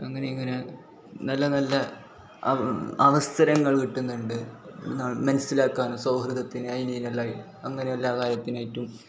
അങ്ങനെ ഇങ്ങനെ നല്ല നല്ല അവസരങ്ങൾ കിട്ടുന്നുണ്ട് മനസിലാക്കാനും സൗഹൃദത്തിനെ അതിനും ഇതിനെല്ലായി അങ്ങനെ എല്ലാ കാര്യത്തിനായിട്ടും